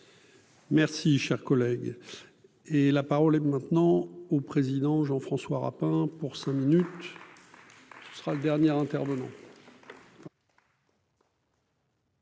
Merci, cher collègue, et la parole est maintenant au président Jean-François Rapin pour. Cinq minutes, ce sera le dernier intervenant.